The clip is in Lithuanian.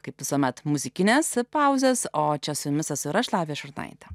kaip visuomet muzikinės pauzės o čia su jumis esu ir aš lavija šurnaitė